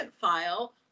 file